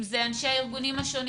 אם אלה אנשי הארגונים השונים.